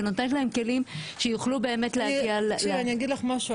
שנותנת להם כלים שיוכלו באמת להגיע ל --- אני אגיד לך משהו,